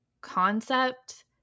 concept